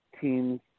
teams